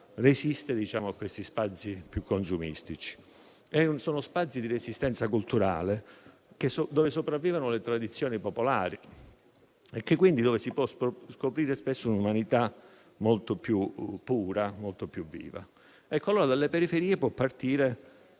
resiste a questi spazi più consumistici. Sono spazi di resistenza culturale, dove sopravvivono le tradizioni popolari, dove quindi si può scoprire spesso un'umanità molto più pura, molto più viva. Dalle periferie può dunque